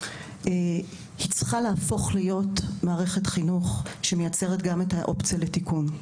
היא צריכה להפוך להיות מערכת חינוך שמציאה גם את האופציה לתיקון.